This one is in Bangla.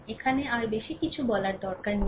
এখানে আর বেশি কিছু বলার দরকার নেই